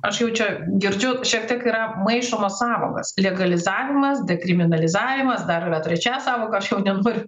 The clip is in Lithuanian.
aš jau čia girdžiu šiek tiek yra maišomos sąvokos legalizavimas dekriminalizavimas dar yra trečia sąvoka aš jau nenoriu